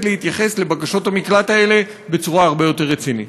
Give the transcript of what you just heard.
להתייחס לבקשות המקלט האלה בצורה הרבה יותר רצינית.